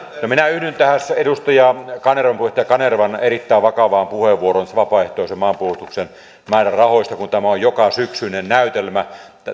minä yhdyn tähän edustaja kanervan erittäin vakavaan puheenvuoroon vapaaehtoisen maanpuolustuksen määrärahoista kun tämä on jokasyksyinen näytelmä